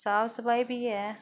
साफ सफाई बी ऐ